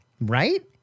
Right